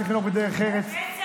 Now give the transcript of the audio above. צריך לנהוג בדרך ארץ,